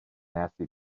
nasty